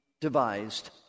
devised